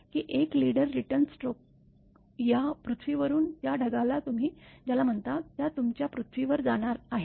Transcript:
की एक leader return स्ट्रोकया पृथ्वीवरून त्या ढगाला तुम्ही ज्याला म्हणता त्या तुमच्या पृथ्वीवर जाणार आहे